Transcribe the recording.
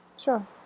Sure